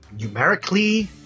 numerically